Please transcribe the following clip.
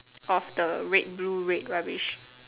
of the red blue red rubbish